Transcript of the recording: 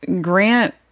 Grant